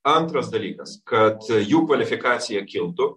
antras dalykas kad jų kvalfikacija kiltų